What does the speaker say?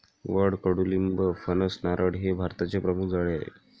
वड, कडुलिंब, फणस, नारळ हे भारताचे प्रमुख झाडे आहे